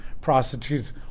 prostitutes